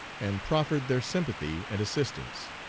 and proffered their sympathy and assistance.